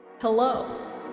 hello